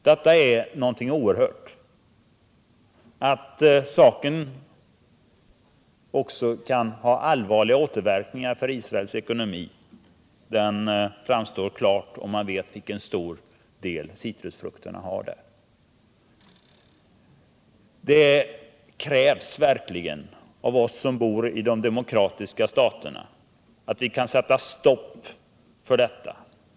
Detta är någonting oerhört. Att saken också kan ha allvarliga återverkningar för Israels ekonomi står helt klart, om man vet vilken betydelse citrusfrukterna har i Israel. Av oss som lever i de demokratiska staterna krävs det verkligen att vi försöker sätta stopp för detta.